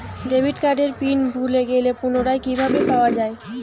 Debit কার্ডের PIN ভুলে গেলে পুনরায় কিভাবে পাওয়া য়ায়?